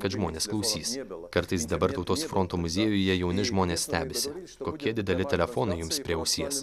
kad žmonės klausys kartais dabar tautos fronto muziejuje jauni žmonės stebisi kokie dideli telefonai jums prie ausies